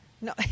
no